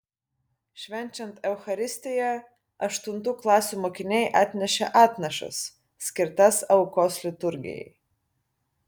švenčiant eucharistiją aštuntų klasių mokiniai atnešė atnašas skirtas aukos liturgijai